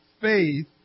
faith